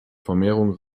vermehrung